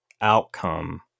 outcome